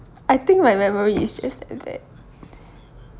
I think my memory is just that bad